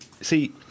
See